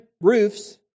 roofs